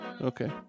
Okay